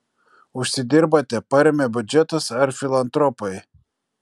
užsidirbate paremia biudžetas ar filantropai